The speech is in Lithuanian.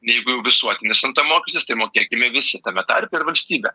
jeigu jau visuotinis nt mokestis tai mokėkime visi tame tarpe ir valstybė